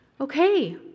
okay